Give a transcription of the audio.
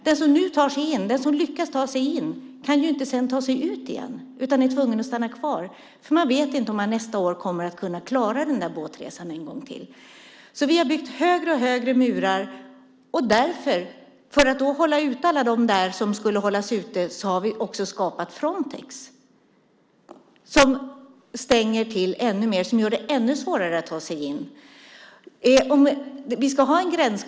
Den som nu lyckas ta sig in kan inte sedan ta sig ut igen, utan är tvungen att stanna kvar. Man vet inte om man nästa år kommer att klara den där båtresan en gång till. Vi har byggt högre och högre murar, och för att hålla ute alla som skulle hållas ute har vi skapat Frontex, som stänger till ännu mer och som gör det ännu svårare att ta sig in.